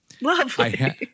Lovely